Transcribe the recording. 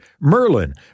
Merlin